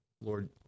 Lord